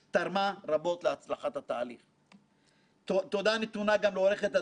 המשפטי של ועדת הכלכלה שסייעה לעורכות הדין בנדלר ודניאל.